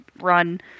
run